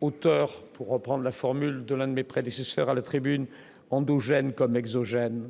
auteur pour reprendre la formule de l'un de mes prédécesseurs à la tribune endogènes comme exogènes,